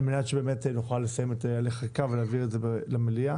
מנת שבאמת נוכל לסיים את הליך החקיקה ולהעביר את זה למליאה.